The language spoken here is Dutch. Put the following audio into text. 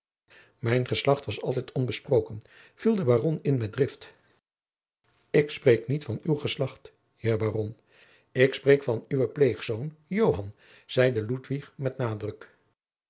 mijn geslacht was altijd onbesproken viel de baron in met drift ik spreek niet van uw geslacht heer baron ik spreek van uwen pleegzoon joan zeide ludwig met nadruk